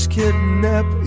kidnap